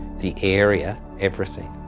the area everything.